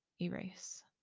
erase